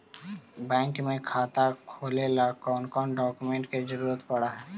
Bank में खाता खोले ल कौन कौन डाउकमेंट के जरूरत पड़ है?